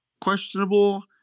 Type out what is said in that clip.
questionable